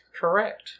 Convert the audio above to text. Correct